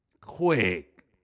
Quick